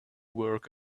work